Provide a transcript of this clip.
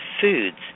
foods